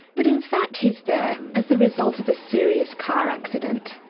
but in fact he's there as the result of a serious car accident.